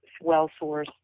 well-sourced